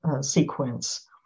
sequence